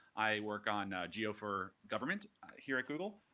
i work on geo for government here at google,